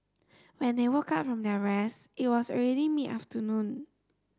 when they woke up from their rest it was already mid afternoon